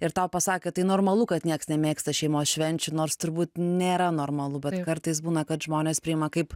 ir tau pasakė tai normalu kad nieks nemėgsta šeimos švenčių nors turbūt nėra normalu bet kartais būna kad žmonės priima kaip